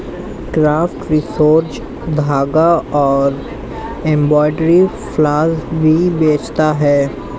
craft resources धागा और embroidery floss भी बेचता है